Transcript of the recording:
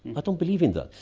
but don't believe in that.